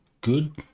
good